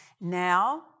Now